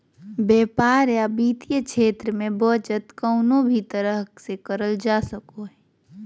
व्यापार या वित्तीय क्षेत्र मे बचत कउनो भी तरह से करल जा सको हय